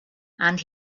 and